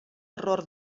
error